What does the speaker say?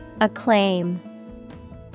Acclaim